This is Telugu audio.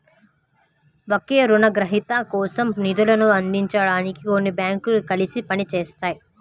ఒకే రుణగ్రహీత కోసం నిధులను అందించడానికి కొన్ని బ్యాంకులు కలిసి పని చేస్తాయి